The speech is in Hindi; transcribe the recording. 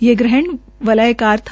ये ग्रहण वलयाकार था